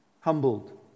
humbled